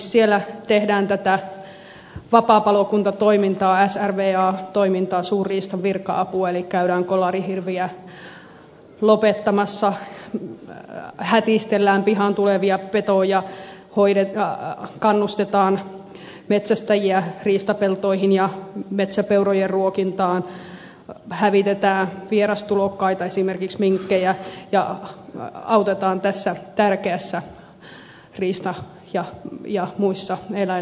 siellä tehdään tätä vapaapalokuntatoimintaa srva toimintaa suurriistavirka apua eli käydään kolarihirviä lopettamassa hätistellään pihaan tulevia petoja kannustetaan metsästäjiä riistapeltoihin ja metsäpeurojen ruokintaan hävitetään vierastulokkaita esimerkiksi minkkejä ja autetaan tärkeissä riista ja muissa eläinlaskennoissa